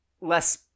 less